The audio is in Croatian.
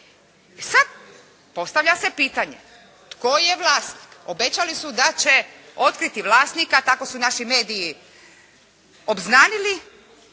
Sad postavlja se pitanje tko je vlasnik? Obećali su da će otkriti vlasnika tako su naši mediji obznanili,